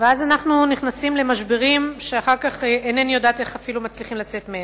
ואז אנחנו נכנסים למשברים שאחר כך אינני יודעת איך מצליחים לצאת מהם.